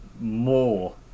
more